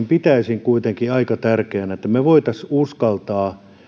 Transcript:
pitäisin kuitenkin aika tärkeänä että me voisimme uskaltaa